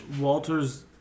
Walter's